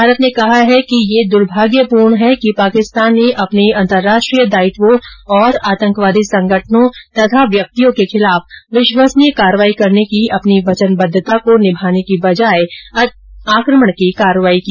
भारत ने कहा कि यह द्र्भाग्यपूर्ण है कि पाकिस्तान ने अपने अंतर्राष्ट्रीय दायित्वों तथा आतंकवादी संगठनों और व्यक्तियोंके खिलाफ विश्वसनीय कार्रवाई करने की अपनी वचनबद्धता को निभाने की बजाय आक्रमण की कार्रवाईकी